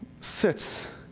sits